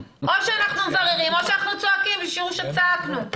או שאנחנו מבררים או שאנחנו צועקים ושיראו שצעקנו.